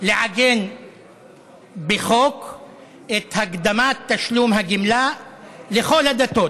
ולעגן בחוק את הקדמת תשלום הגמלה לכל הדתות,